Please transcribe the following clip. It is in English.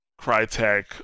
Crytek